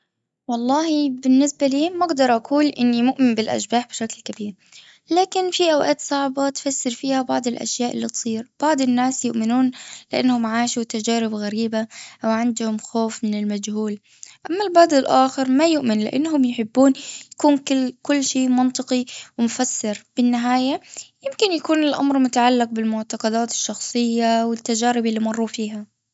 والله بالنسبة لي ما أقدر أقول أني مؤمن بالأشباح بشكل كتير. لكن في أوقات صعبة تفسر فيها بعض الأشياء اللي تصير. بعض الناس يؤمنون لأنهم عاشوا تجارب غريبة أو عندهم خوف من المجهول. أما البعض الأخر ما يؤمن لأنهم يحبون يكون كل شي منطقي بالنهاية يمكن يكون الأمر متعلق بالمعتقدات الشخصية والتجارب اللي مروا فيها.